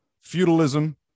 feudalism